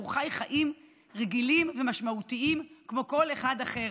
הוא חי חיים רגילים ומשמעותיים כמו כל אחד אחר,